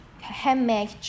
handmade